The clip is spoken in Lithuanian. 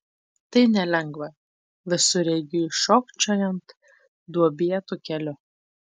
tai nelengva visureigiui šokčiojant duobėtu keliu